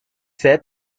said